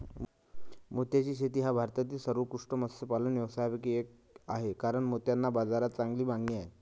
मोत्याची शेती हा भारतातील सर्वोत्कृष्ट मत्स्यपालन व्यवसायांपैकी एक आहे कारण मोत्यांना बाजारात चांगली मागणी आहे